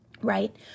right